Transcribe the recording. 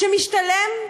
שמשתלם?